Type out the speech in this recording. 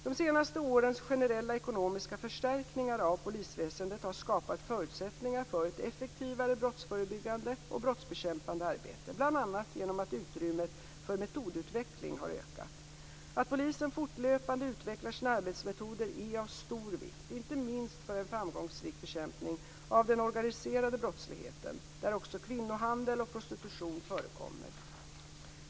De senaste årens generella ekonomiska förstärkningar av polisväsendet har skapat förutsättningar för ett effektivare brottsförebyggande och brottsbekämpande arbete, bl.a. genom att utrymmet för metodutveckling har ökat. Att polisen fortlöpande utvecklar sina arbetsmetoder är av stor vikt, inte minst för en framgångsrik bekämpning av den organiserade brottsligheten, där också kvinnohandel och prostitution förekommer.